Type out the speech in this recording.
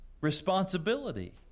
responsibility